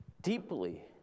deeply